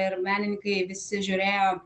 ir menininkai visi žiūrėjo